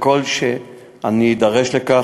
ככל שאני אדרש לכך,